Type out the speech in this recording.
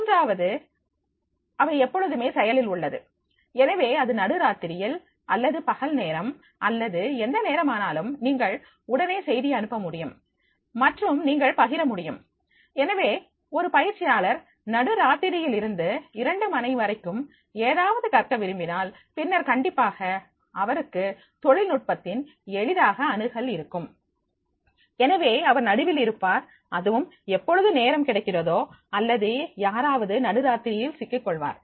மூன்றாவது அவை எப்பொழுதுமே செயலில் உள்ளது எனவே அது நடுராத்திரியில் அல்லது பகல் நேரம் அல்லது எந்த நேரமானாலும் நீங்கள் உடனே செய்தி அனுப்ப முடியும் மற்றும் நீங்கள் பகிர முடியும் எனவே ஒரு பயிற்சியாளர் நடு ராத்திரியில் இருந்து இரண்டு மணி வரைக்கும் ஏதாவது கற்க விரும்பினால் பின்னர் கண்டிப்பாக அவருக்கு தொழில்நுட்பத்தின் எளிதாக அணுகல் இருக்கும் எனவே அவர் நடுவில் இருப்பார் அதுவும் எப்பொழுது நேரம் கிடைக்கிறதோ அல்லது யாராவது நடுராத்திரியில் சிக்கிக் கொள்வார்